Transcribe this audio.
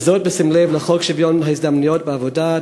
וזאת בשים לב לחוק שוויון ההזדמנויות בעבודה,